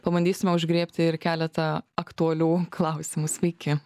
pabandysime užgriebti ir keletą aktualių klausimų sveiki